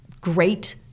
great